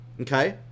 Okay